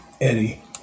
Eddie